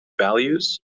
values